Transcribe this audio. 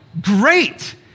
great